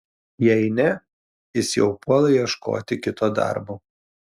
jei ne jis jau puola ieškoti kito darbo